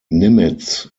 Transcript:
nimitz